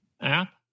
app